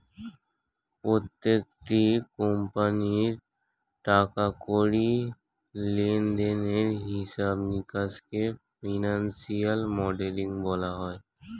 প্রত্যেকটি কোম্পানির টাকা কড়ি লেনদেনের হিসাব নিকাশকে ফিনান্সিয়াল মডেলিং বলা হয়